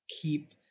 keep